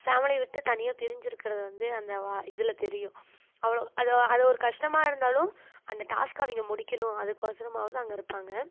family விட்டு தனியாக பிரிஞ்சிருக்கிறது வந்து அந்த இதில் தெரியும் அவ்வளோ அது அது ஒரு கஷ்டமாக இருந்தாலும் அந்த டாஸ்க்கை அவங்க முடிக்கணும் அதுக்கொசரமாவது அங்கே இருப்பாங்க